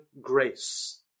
grace